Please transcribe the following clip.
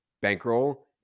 bankroll